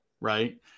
right